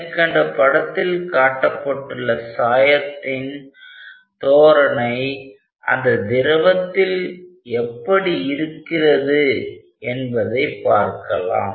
மேற்கண்ட படத்தில் காட்டப்பட்டுள்ள சாயத்தின் தோரணை அந்த திரவத்தில் எப்படி இருக்கிறது என்பதை பார்க்கலாம்